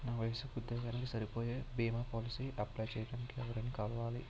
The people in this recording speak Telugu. నా వయసుకి, ఉద్యోగానికి సరిపోయే భీమా పోలసీ అప్లయ్ చేయటానికి ఎవరిని కలవాలి?